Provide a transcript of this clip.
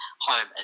home